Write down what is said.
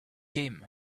him